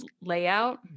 layout